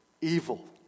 evil